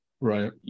right